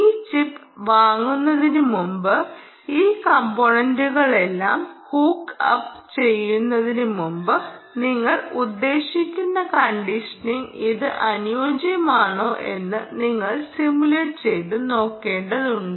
ഈ ചിപ്പ് വാങ്ങുന്നതിനുമുമ്പ് ഈ കമ്പോണെൻ്റുകളെല്ലാം ഹുക്ക് അപ്പ് ചെയ്യുന്നതിനുമുമ്പ് നിങ്ങൾ ഉദ്ദേശിക്കുന്ന കണ്ടീഷന് ഇത് അനുയോജ്യമാണോയെന്ന് നിങ്ങൾ സിമുലേറ്റ് ചെയ്ത് നോക്കേണ്ടതാണ്